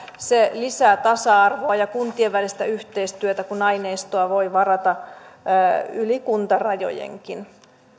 se lisää tasa arvoa ja kuntien välistä yhteistyötä kun aineistoa voi varata yli kuntarajojenkin